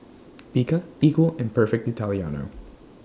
Bika Equal and Perfect Italiano